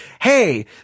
hey